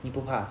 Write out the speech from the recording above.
你不怕